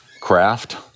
craft